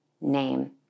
name